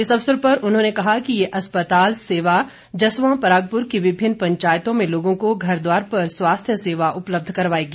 इस अवसर पर उन्होंने कहा कि ये अस्पताल सेवा जसवां परागपुर की विभिन्न पंचायतों में लोगों को घरद्वार पर स्वास्थ्य सेवा उपलब्ध करवाएगी